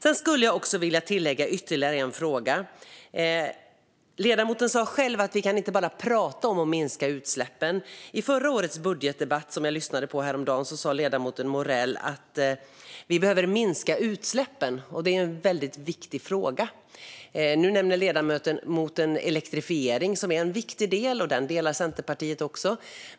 Jag skulle vilja tillägga ytterligare en fråga. Ledamoten sa själv att vi inte kan bara prata om att minska utsläppen. I förra årets budgetdebatt, som jag lyssnade på häromdagen, sa ledamoten Morell att vi behöver minska utsläppen. Det är ju en väldigt viktig fråga. Nu säger ledamoten att elektrifiering är en viktig del i det. Det anser Centerpartiet också.